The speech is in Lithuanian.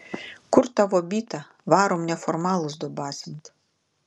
kur tavo byta varom neformalus dubasint